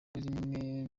rimwe